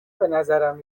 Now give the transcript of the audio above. بنظرم